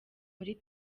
muri